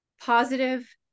positive